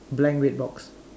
blank red box